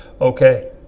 okay